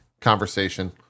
conversation